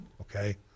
Okay